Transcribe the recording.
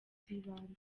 z’ibanze